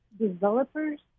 developers